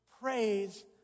Praise